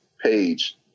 page